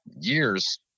years